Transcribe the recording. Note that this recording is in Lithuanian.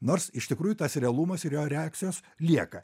nors iš tikrųjų tas realumas ir jo reakcijos lieka